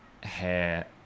hair